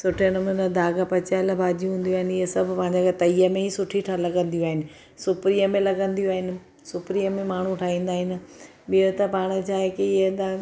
सुठे नमूने दाॻ पचायलु भाॼियूं हूंदियूं आहिनि इहे सभु पंहिंजे घरु तई में ई सुठी ठ लॻंदियूं आहिनि सुपिरीअ में लगंदियूं आहिनि सुपिरी में माण्हू ठाहींदा आहिनि ॿियो त पाण चाहे कीअं त